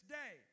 day